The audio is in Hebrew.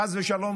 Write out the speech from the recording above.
חס ושלום,